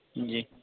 जी